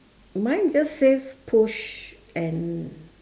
mine just says push and